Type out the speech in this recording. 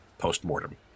Post-mortem